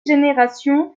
générations